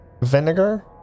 vinegar